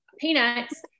Peanuts